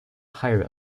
higher